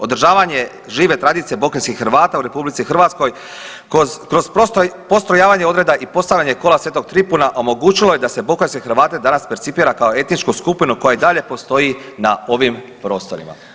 Održavanje žive tradicije Bokeljski Hrvata u RH kroz postrojavanje odreda i postavljanje kola Sv. Tripuna omogućilo je da se Bokeljske Hrvate danas percipira kao etičku skupinu koja i dalje postoji na ovim prostorima.